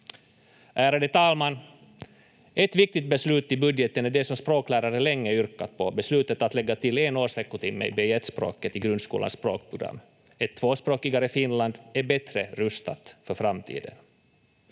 Ärade talman! Ett viktigt beslut i budgeten är det som språklärare länge yrkat på, beslutet att lägga till en årsveckotimme i B1-språket i grundskolans språkprogram. Ett tvåspråkigare Finland är bättre rustat för framtiden.